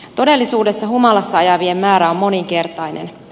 todellisuudessa humalassa ajavien määrä on moninkertainen